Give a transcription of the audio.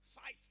Fight